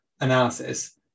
analysis